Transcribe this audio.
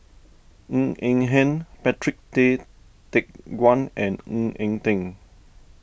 Ng Eng Hen Patrick Tay Teck Guan and Ng Eng Teng